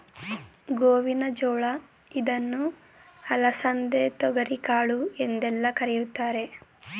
ಗೋವಿನ ಜೋಳ ಇದನ್ನು ಅಲಸಂದೆ, ತೊಗರಿಕಾಳು ಎಂದೆಲ್ಲ ಕರಿತಾರೆ